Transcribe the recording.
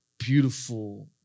Beautiful